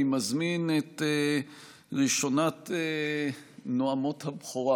אני מזמין את ראשונת נואמות הבכורה,